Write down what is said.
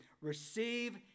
Receive